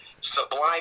sublime